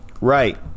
right